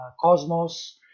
cosmos